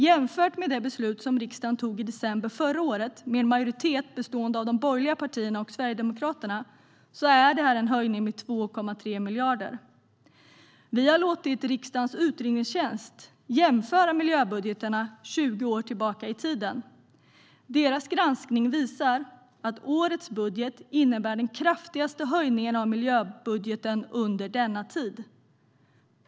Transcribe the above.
Jämfört med det beslut riksdagen tog i december förra året med en majoritet bestående av de borgerliga partierna och Sverigedemokraterna är detta en höjning med 2,3 miljarder. Vi har låtit riksdagens utredningstjänst jämföra miljöbudgetarna 20 år tillbaka i tiden, och deras granskning visar att årets budget innebär den kraftigaste höjningen av miljöbudgeten under denna tid.